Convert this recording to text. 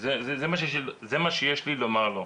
זה מה שיש לי לומר לו,